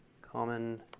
common